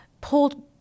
pulled